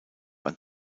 ein